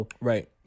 Right